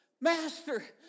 Master